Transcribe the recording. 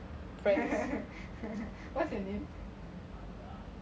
what's the name